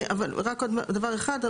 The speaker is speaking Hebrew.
אבל רק עוד דבר אחד.